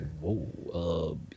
whoa